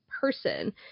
person